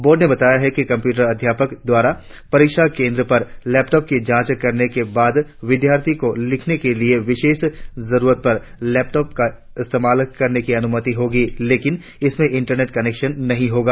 board ने बताया कि कम्प्यूटर अध्यापक द्वारा परीक्षा केंद्र पर लेपटॉप की जांच करने के बाद विद्यार्थियों को लिखने के लिए विशेष जरुरत पर लेपटॉप का इस्तेमाल करने की अनुमति होगी लेकिन इसमें इंटरनेट कनेक्शन नहों होगा